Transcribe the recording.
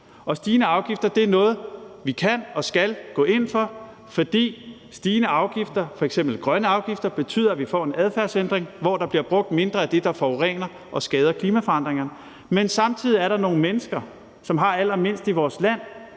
Stigende afgifter er noget, vi kan og skal gå ind for, fordi stigende afgifter, f.eks. grønne afgifter, betyder, at vi får en adfærdsændring, så der bliver brugt mindre af det, der forurener og skader klimaet, men der er samtidig nogle mennesker, som har allermindst i vores land,